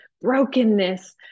brokenness